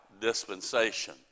dispensation